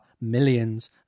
millions